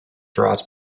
draws